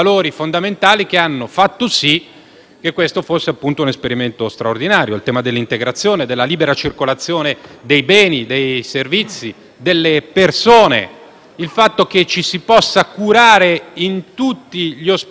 che questo fosse un esperimento straordinario: il tema dell'integrazione e della libera circolazione dei beni, dei servizi e delle persone, il fatto che ci si possa curare in tutti gli ospedali e le strutture sanitarie dei Paesi